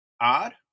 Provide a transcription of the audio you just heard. odd